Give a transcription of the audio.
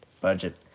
budget